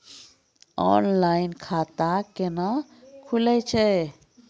Online खाता केना खुलै छै?